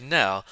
now